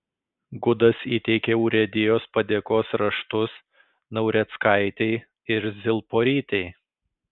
gudas įteikė urėdijos padėkos raštus naureckaitei ir zilporytei